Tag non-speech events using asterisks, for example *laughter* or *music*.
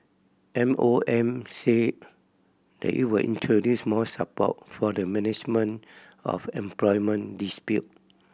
M OM said that it will introduce more support for the *unintelligible* of employment dispute